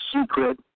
secret